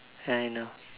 kind of